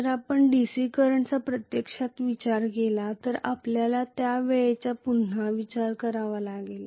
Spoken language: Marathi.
जर आपण DC करंटचा प्रत्यक्षात विचार केला तर आपल्याला त्या वेळेचा पुन्हा विचार करावा लागेल